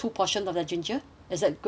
ginger is that good enough for you